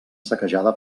saquejada